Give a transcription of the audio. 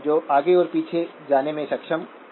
जो आगे और पीछे जाने में सक्षम हो